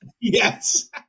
Yes